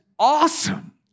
awesome